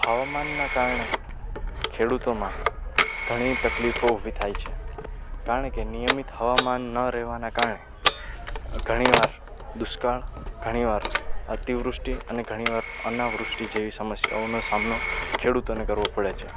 હવામાનનાં કારણે ખેડૂતોમાં ઘણી તકલીફો ઊભી થાય છે કારણ કે નિયમિત હવામાન ન રહેવાંનાં કારણે ઘણી વાર દુષ્કાળ ઘણી વાર અતિવૃષ્ટિ અને ઘણી વાર અનાવૃષ્ટિ જેવી સમસ્યાઓનો સામનો ખેડૂતોને કરવો પડે છે